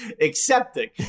accepting